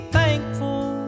thankful